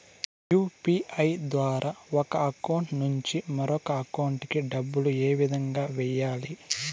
UPI ద్వారా ఒక account నుంచి మరొక అకౌంట్ కి డబ్బులు ఏ విధంగా వెయ్యాలి